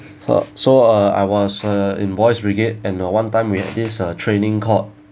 uh so uh I was uh in boys' brigade and one time with this uh training called